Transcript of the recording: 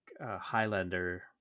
Highlander